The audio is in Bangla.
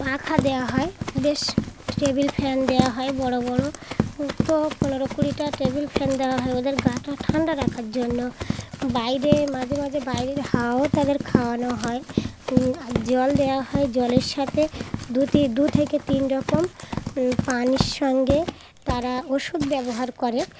পাখা দেওয়া হয় বেশ টেবিল ফ্যান দেওয়া হয় বড়ো বড়ো তো পনেরো কুড়িটা টেবিল ফ্যান দেওয়া হয় ওদের গা টা ঠান্ডা রাখার জন্য বাইরে মাঝে মাঝে বাইরের হাওয়াও তাদের খাওয়ানো হয় আর জল দেওয়া হয় জলের সাথে দুটি দু থেকে তিন রকম পানির সঙ্গে তারা ওষুধ ব্যবহার করে